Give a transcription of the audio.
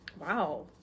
wow